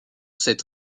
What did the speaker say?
cette